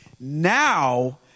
Now